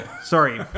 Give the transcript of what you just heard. Sorry